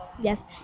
yes